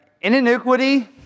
iniquity